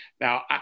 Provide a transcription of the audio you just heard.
Now